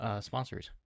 sponsors